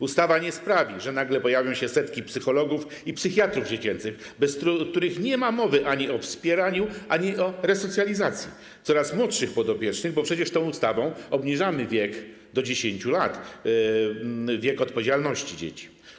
Ustawa nie sprawi, że nagle pojawią się setki psychologów i psychiatrów dziecięcych, bez których nie ma mowy ani o wspieraniu, ani o resocjalizacji coraz młodszych podopiecznych, bo przecież tą ustawą obniżamy wiek do 10 lat, wiek odpowiedzialności dzieci.